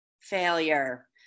failure